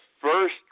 first